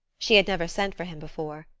she had never sent for him before.